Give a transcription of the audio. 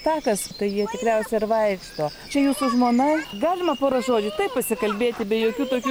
takas tai jie tikriausia ir vaikšto čia jūsų žmona galima porą žodžių taip pasikalbėti be jokių tokių